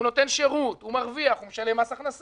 הוא נותן שירות, הוא מרוויח, הוא משלם מס הכנסה,